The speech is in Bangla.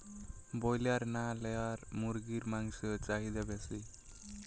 ব্রলার না লেয়ার মুরগির মাংসর চাহিদা বেশি?